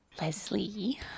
Leslie